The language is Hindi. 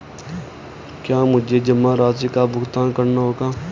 क्या मुझे जमा राशि का भुगतान करना होगा?